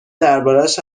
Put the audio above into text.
دربارش